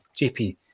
JP